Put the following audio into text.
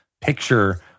picture